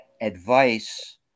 advice